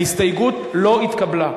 ההסתייגות לא התקבלה.